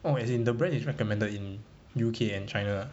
oh as in the brand is recommended in U_K and china